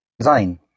sein